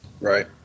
Right